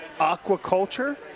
aquaculture